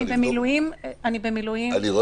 החוק מגדיר שלוש מטרות: הראשונה אימות